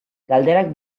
galderak